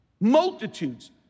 multitudes